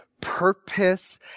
purpose